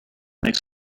makes